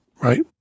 right